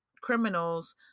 criminals